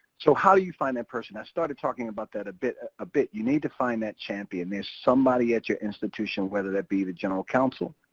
so how you find that person. i started talking about that a bit. ah ah you need to find that champion. there's somebody at your institution, whether that be the general counsel,